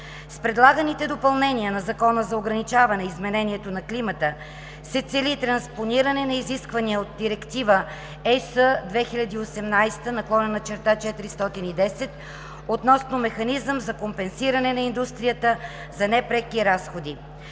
С предлаганите допълнения на Закона за ограничаване изменението на климата (ЗОИК) се цели транспониране на изисквания от Директива (ЕС) 2018/410 относно механизъм за компенсиране на индустрията за непреки разходи.